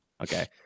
Okay